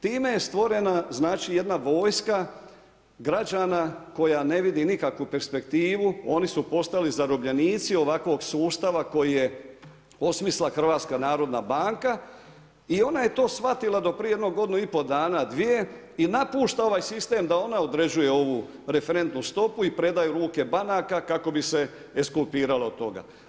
Time je stvorena jedna vojska građana koja ne vidi nikakvu perspektivu, oni su postali zarobljenici ovakvog sustava koji je osmislila HNB i ona je to shvatila do prije jedno godinu i pol dana, dvije i napušta ovaj sistem da ona određuje ovu referentnu stopu i predaje ju u ruke banaka kako bi se ekskulpiralo od toga.